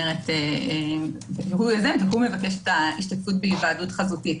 והוא מבקש את ההשתתפות בהיוועדות חזותית.